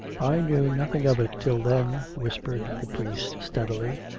i knew nothing of it till then, whispered the priest steadily.